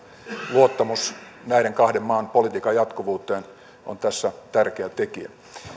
luottamus näiden kahden maan politiikan jatkuvuuteen on tässä tärkeä tekijä